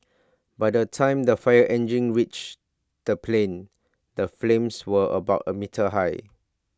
by the time the fire engines reach the plane the flames were about A metre high